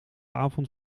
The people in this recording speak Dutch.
avond